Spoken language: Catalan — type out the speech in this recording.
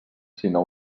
sinó